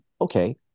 Okay